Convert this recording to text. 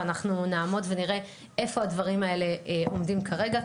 ואנחנו נעמוד ונראה איפה הדברים האלה עומדים כרגע,